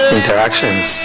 Interactions